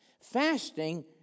Fasting